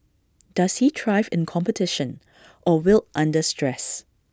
does he thrive in competition or wilt under stress